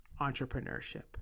entrepreneurship